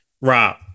Rob